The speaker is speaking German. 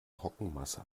trockenmasse